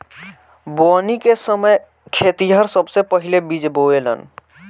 बोवनी के समय खेतिहर सबसे पहिले बिज बोवेलेन